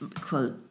quote